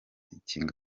ikinga